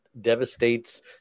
devastates